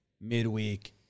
midweek